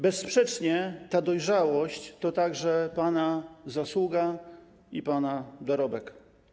Bezsprzecznie ta dojrzałość to także pana zasługa i pana dorobek.